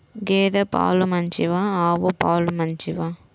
గేద పాలు మంచివా ఆవు పాలు మంచివా?